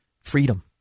freedom